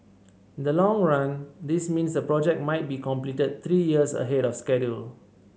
the long run this means the project might be completed three years ahead of schedule